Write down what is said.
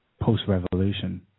post-revolution